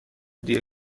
دیه